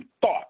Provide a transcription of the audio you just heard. thought